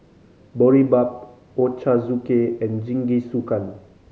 Boribap Ochazuke and Jingisukan